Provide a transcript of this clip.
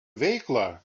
veiklą